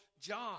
John